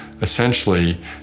essentially